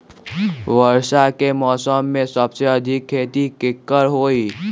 वर्षा के मौसम में सबसे अधिक खेती केकर होई?